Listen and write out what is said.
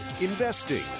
investing